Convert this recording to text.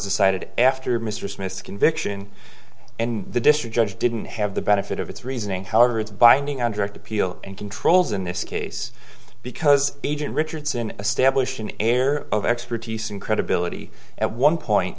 decided after mr smith's conviction and the district judge didn't have the benefit of its reasoning however it's binding on direct appeal and controls in this case because agent richardson establish an air of expertise and credibility at one point